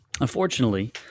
unfortunately